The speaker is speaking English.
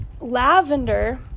lavender